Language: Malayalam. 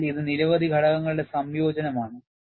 അതിനാൽ ഇത് നിരവധി ഘടകങ്ങളുടെ സംയോജനമാണ്